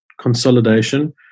consolidation